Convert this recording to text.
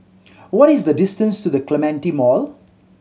what is the distance to The Clementi Mall